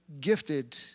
gifted